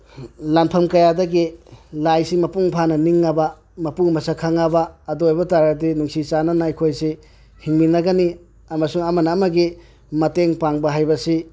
ꯂꯥꯟꯐꯝ ꯀꯌꯥꯗꯒꯤ ꯂꯥꯏꯁꯤ ꯃꯄꯨꯡ ꯐꯥꯅ ꯅꯤꯡꯉꯕ ꯃꯄꯨ ꯃꯁꯛ ꯈꯪꯉꯕ ꯑꯗꯨ ꯑꯣꯏꯕ ꯇꯥꯔꯗꯤ ꯅꯨꯡꯁꯤ ꯆꯥꯟꯅꯅ ꯑꯩꯈꯣꯏꯁꯤ ꯍꯤꯡꯃꯤꯟꯅꯒꯅꯤ ꯑꯃꯁꯨꯡ ꯑꯃꯅ ꯑꯃꯒꯤ ꯃꯇꯦꯡ ꯄꯥꯡꯕ ꯍꯥꯏꯕ ꯑꯁꯤ